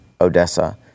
Odessa